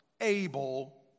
able